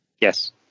Yes